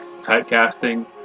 typecasting